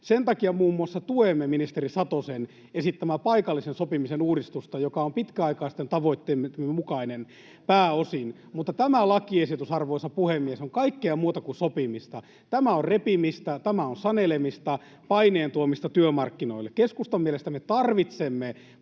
Sen takia muun muassa tuemme ministeri Satosen esittämää paikallisen sopimisen uudistusta, joka on pitkäaikaisten tavoitteidemme mukainen pääosin. Mutta tämä lakiesitys, arvoisa puhemies, on kaikkea muuta kuin sopimista. Tämä on repimistä, tämä on sanelemista, paineen tuomista työmarkkinoille. Keskustan mielestä me tarvitsemme